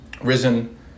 risen